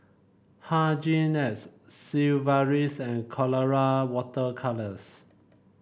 Hygin X Sigvaris and Colora Water Colours